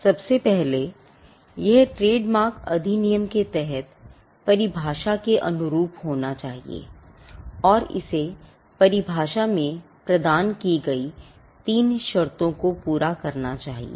सबसे पहले यह ट्रेडमार्क अधिनियम के तहत परिभाषा के अनुरूप होना चाहिए और इसे परिभाषा में प्रदान की गई 3 शर्तों को पूरा करना चाहिए